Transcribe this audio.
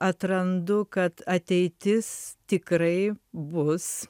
atrandu kad ateitis tikrai bus